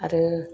आरो